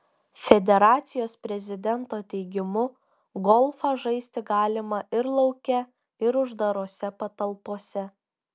federacijos prezidento teigimu golfą žaisti galima ir lauke ir uždarose patalpose